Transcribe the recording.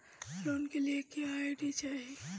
Loan के लिए क्या आई.डी चाही?